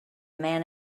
man